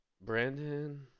brandon